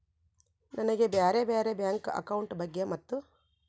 ನನಗೆ ಬ್ಯಾರೆ ಬ್ಯಾರೆ ಬ್ಯಾಂಕ್ ಅಕೌಂಟ್ ಬಗ್ಗೆ ಮತ್ತು?